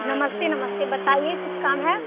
नमस्ते नमस्ते बताइए कुछ काम है